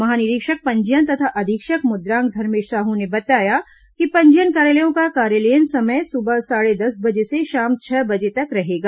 महानिरीक्षक पंजीयन तथा अधीक्षक मुद्रांक धर्मेश साहू ने बताया कि पंजीयन कार्यालयों का कार्यालयीन समय सुबह साढ़े दस बजे से शाम छह बजे तक रहेगा